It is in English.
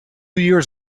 years